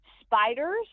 spiders